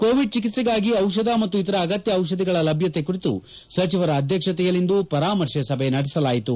Covid ಚಿಕಿತ್ಸೆಗಾಗಿ ಔಷಧ ಮತ್ತು ಇತರ ಅಗತ್ಯ ಔಷಧಿಗಳ ಲಭ್ಯತೆ ಕುರಿತು ಸಚಿವರ ಅಧ್ಯಕ್ಷತೆಯಲ್ಲಿಂದು ಪರಾಮರ್ಶೆ ಸಭೆ ನಡೆಯಿತು